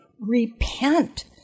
repent